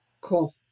Cool